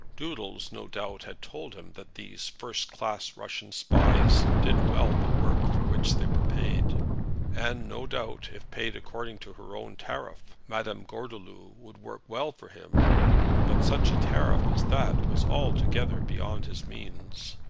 doodles, no doubt, had told him that these first-class russian spies did well the work for which they were paid and no doubt, if paid according to her own tariff, madame gordeloup would work well for him but such a tariff as that was altogether beyond his means!